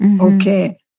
okay